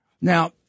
Now